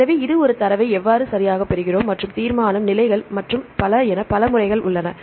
எனவே இது ஒரு தரவை எவ்வாறு சரியாகப் பெறுகிறோம் மற்றும் தீர்மானம் நிலைகள் மற்றும் பல என பல முறைகள் உள்ளன